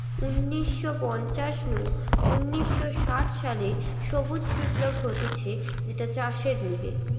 উনিশ শ পঞ্চাশ নু উনিশ শ ষাট সালে সবুজ বিপ্লব হতিছে যেটা চাষের লিগে